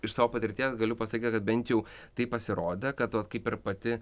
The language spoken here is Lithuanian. iš savo patirties galiu pasakyt kad bent jau taip pasirodė kad vat kaip ir pati